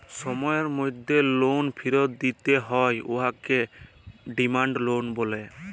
সময়ের মধ্যে লল ফিরত দিতে হ্যয় উয়াকে ডিমাল্ড লল ব্যলে